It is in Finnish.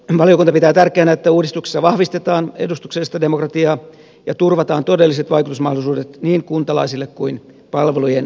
valiokunta pitää tärkeänä että uudistuksessa vahvistetaan edustuksellista demokratiaa ja turvataan todelliset vaikutusmahdollisuudet niin kuntalaisille kuin palvelujen käyttäjillekin